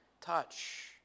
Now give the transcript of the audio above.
touch